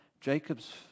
Jacob's